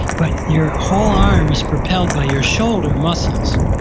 but your whole arm is propelled by your shoulder muscles.